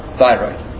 thyroid